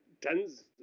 tens